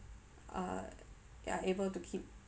uh ya able to keep